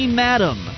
madam